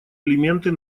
элементы